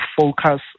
focus